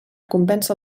convèncer